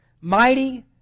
mighty